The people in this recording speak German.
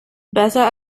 besser